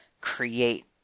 create